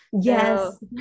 Yes